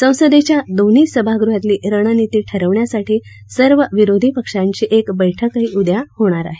संसदेच्या दोन्ही सभागृहातली रणनिती ठरवण्यासाठी सर्व विरोधी पक्षांची एक बैठकही उद्या होणार आहे